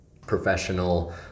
professional